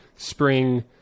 Spring